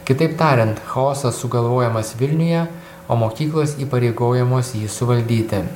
kitaip tariant chaosas sugalvojamas vilniuje o mokyklos įpareigojamos jį suvaldyti